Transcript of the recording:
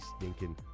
stinking